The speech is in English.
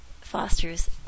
fosters